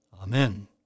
Amen